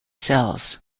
cells